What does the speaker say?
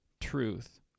truth